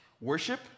worship